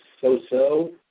so-so